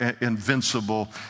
invincible